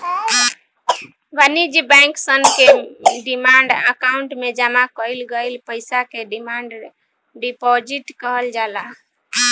वाणिज्य बैंक सन के डिमांड अकाउंट में जामा कईल गईल पईसा के डिमांड डिपॉजिट कहल जाला